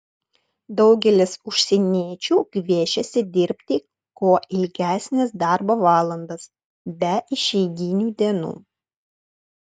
daugelis užsieniečių gviešiasi dirbti kuo ilgesnes darbo valandas be išeiginių dienų